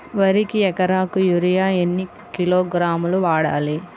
వరికి ఎకరాకు యూరియా ఎన్ని కిలోగ్రాములు వాడాలి?